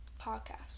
podcast